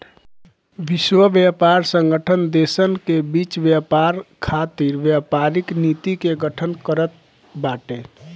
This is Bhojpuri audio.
विश्व व्यापार संगठन देसन के बीच व्यापार खातिर व्यापारिक नीति के गठन करत बाटे